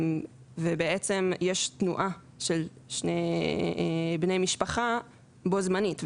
ובעצם יש תנועה של שני בני משפחה בו זמנית.